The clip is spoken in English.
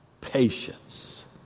patience